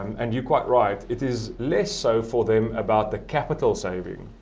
and you're quite right. it is less so for them about the capital saving,